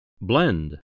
Blend